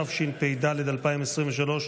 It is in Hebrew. התשפ"ד 2023,